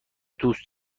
دوست